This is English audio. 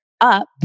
up